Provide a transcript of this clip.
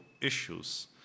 issues